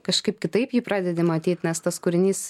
kažkaip kitaip jį pradedi matyt nes tas kūrinys